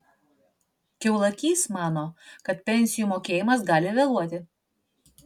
kiaulakys mano kad pensijų mokėjimas gali vėluoti